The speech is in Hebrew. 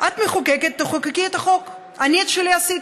את מחוקקת, תחוקקי את החוק, אני את שלי עשיתי.